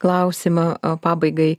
klausimą pabaigai